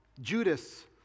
Judas